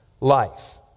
life